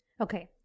Okay